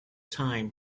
time